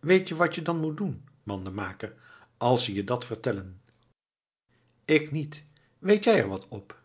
weet je wat je dan doen moet mandenmaker als ze je dat vertellen ik niet weet jij er wat op